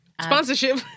Sponsorship